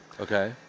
Okay